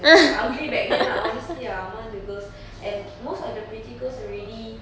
I'm ugly back then ah honestly ah among the girls and most of the pretty girls already